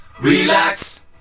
relax